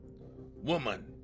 Woman